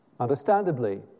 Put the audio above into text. understandably